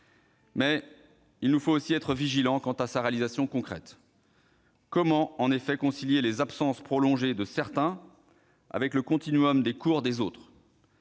il nous faut être vigilants quant à sa réalisation concrète. Comment, en effet, concilier les absences prolongées de certains avec le continuum des cours des autres ?